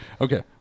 Okay